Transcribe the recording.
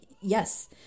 yes